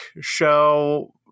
show